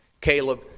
Caleb